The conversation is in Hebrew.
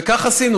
וכך עשינו.